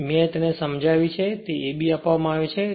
જે મેં સમજાવી છે તે ab આપવામાં આવે છે